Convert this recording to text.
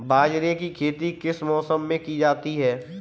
बाजरे की खेती किस मौसम में की जाती है?